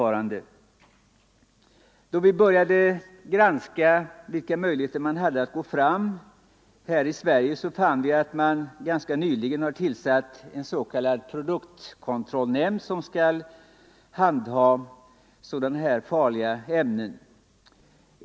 Då vi började granska vilka möjligheter man hade att förbjuda dessa ämnen här i Sverige fann vi att det ganska nyligen tillsatts en s.k. produktkontrollnämnd som skall handha farliga ämnen.